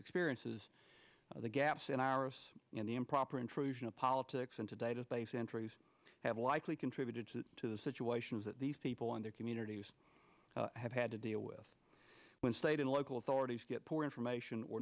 experiences the gaps in our in the improper intrusion of politics into database entries have likely contributed to the situations that these people in their communities have had to deal with when state and local authorities get poor information or